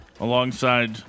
alongside